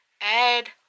add